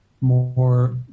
more